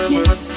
Yes